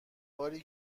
باری